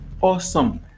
Awesome